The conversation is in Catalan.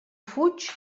fuig